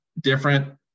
different